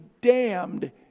damned